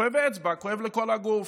כואב באצבע, כואב לכל הגוף.